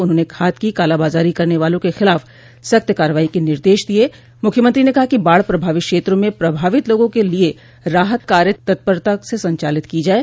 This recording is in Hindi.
उन्होंने खाद की काला बाजारी करने वालों के मुख्यमंत्री ने कहा कि बाढ़ पभावित क्षेत्रों में प्रभावित लोगों के लिये राहत कार्य तत्परता से संचालित किये जाये